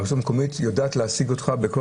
הרשות המקומית יודעת להשיג אותך,